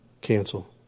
Cancel